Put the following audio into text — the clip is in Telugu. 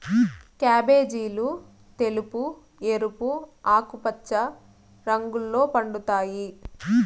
క్యాబేజీలు తెలుపు, ఎరుపు, ఆకుపచ్చ రంగుల్లో పండుతాయి